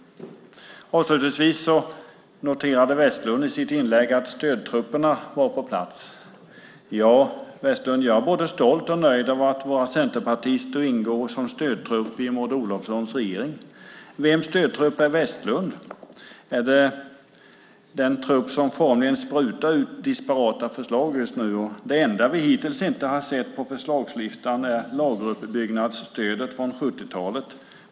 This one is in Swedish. Vestlund noterade i sitt inlägg att stödtrupperna var på plats. Ja, Vestlund, jag är både stolt och nöjd över att vara centerpartist och ingå som stödtrupp till Maud Olofssons regering. Vems stödtrupp är Vestlund? Är det den trupp som formligen sprutar ut disparata förslag just nu? Det enda vi hittills inte har sett på förslagslistan är lageruppbyggnadsstödet från 70-talet.